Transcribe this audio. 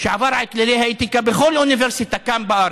אם יש מישהו שעבר על כללי האתיקה בכל אוניברסיטה כאן בארץ,